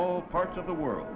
all parts of the world